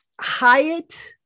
Hyatt